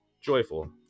joyful